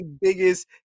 biggest